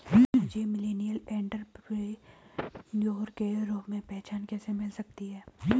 मुझे millennial entrepreneur के रूप में पहचान कैसे मिल सकती है?